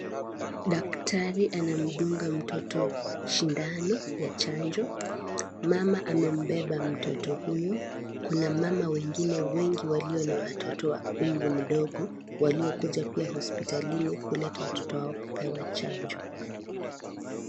Daktari anamdunga mtoto shindano ya chanjo, mama amembeba mtoto huyu, kuna mama wengine wengi walio na watoto wa umri mdogo waliokuja pia hospitalini kuleta watoto wao kupewa chanjo.